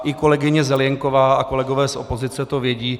I kolegyně Zelienková a kolegové z opozice to vědí.